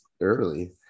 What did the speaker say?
early